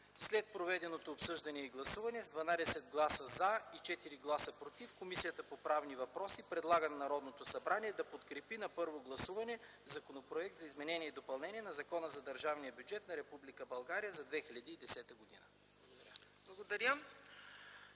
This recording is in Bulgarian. След проведеното обсъждане и гласуване с 12 гласа „за” и 4 гласа „против”, Комисията по правни въпроси предлага на Народното събрание да подкрепи на първо гласуване Законопроекта за изменение и допълнение на Закона за държавния бюджет на Република България за 2010 г.”